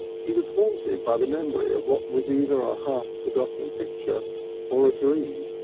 he was haunted by the memory of what was either a half-forgotten picture or a dream